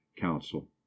council